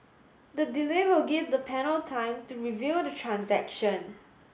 the delay will give the panel time to review the transaction